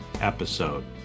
episode